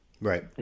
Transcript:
Right